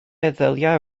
meddyliau